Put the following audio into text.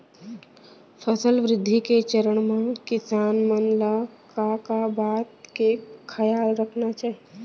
फसल वृद्धि के चरण म किसान मन ला का का बात के खयाल रखना चाही?